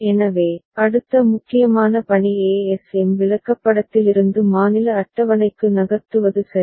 எனவே அடுத்த முக்கியமான பணி ASM விளக்கப்படத்திலிருந்து மாநில அட்டவணைக்கு நகர்த்துவது சரி